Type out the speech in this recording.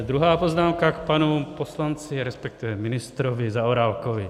Druhá poznámka k panu poslanci, resp. ministrovi Zaorálkovi.